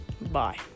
Bye